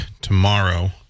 tomorrow